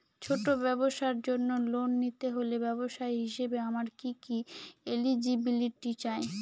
ছোট ব্যবসার জন্য লোন নিতে হলে ব্যবসায়ী হিসেবে আমার কি কি এলিজিবিলিটি চাই?